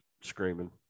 screaming